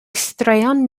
straeon